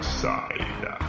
side